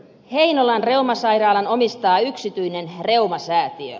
heinolan reumasairaalan omistaa yksityinen reumasäätiö